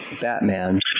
Batman